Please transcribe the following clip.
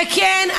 וכן,